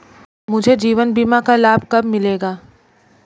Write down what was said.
मुझे जीवन बीमा का लाभ कब मिलेगा?